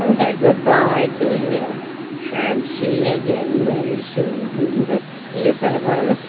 um okay good by doing it and she again very soon if ever